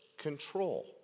control